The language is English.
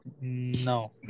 No